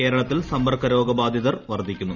കേരളത്തിൽ സമ്പർക്ക രോഗബാധിതർ വർദ്ധിക്കുന്നു